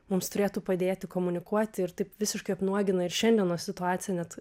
mums turėtų padėti komunikuoti ir taip visiškai apnuogina ir šiandienos situaciją net